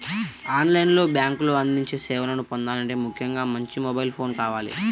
on line లో బ్యేంకులు అందించే సేవలను పొందాలంటే ముఖ్యంగా మంచి మొబైల్ ఫోన్ కావాలి